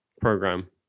program